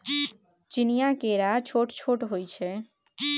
चीनीया केरा छोट छोट होइ छै